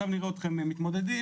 נראה אתכם מתמודדים,